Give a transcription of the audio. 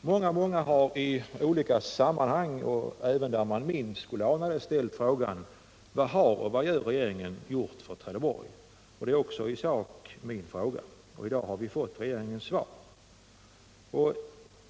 Många har i olika sammanhang, och även där man minst skulle ana det, ställt frågan: Vad har regeringen gjort och vad gör den för Trelleborg? Det är också i sak min fråga! I dag har vi fått regeringens svar.